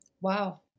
Wow